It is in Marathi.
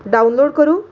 डाउनलोड करू